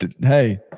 Hey